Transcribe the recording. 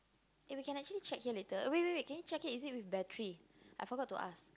eh we can actually check here later wait wait wait can you check it is it with battery I forgot to ask